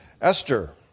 Esther